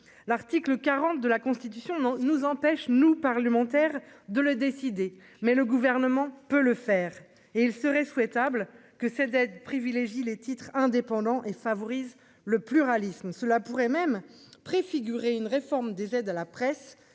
l'article 40 de la Constitution ne nous empêche, nous parlementaires de le décider, mais le gouvernement peut le faire et il serait souhaitable que ces d'privilégie les titres indépendants et favorise le pluralisme, cela pourrait même préfigurer une réforme des aides à la presse,